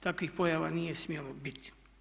Takvih pojava nije smjelo biti.